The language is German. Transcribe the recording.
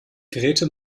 grete